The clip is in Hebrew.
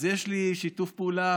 אז יש לי שיתוף פעולה